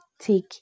take